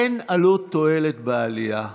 אין עלות תועלת בעלייה,